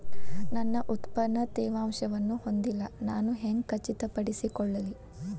ನನ್ನ ಉತ್ಪನ್ನ ತೇವಾಂಶವನ್ನು ಹೊಂದಿಲ್ಲಾ ನಾನು ಹೆಂಗ್ ಖಚಿತಪಡಿಸಿಕೊಳ್ಳಲಿ?